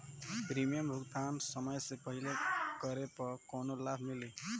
Premium भुगतान समय से पहिले करे पर कौनो लाभ मिली?